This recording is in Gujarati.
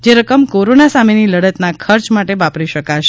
જે રકમ કોરોના સામેની લડતના ખર્ચ માટે વાપરી શકાશે